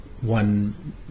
one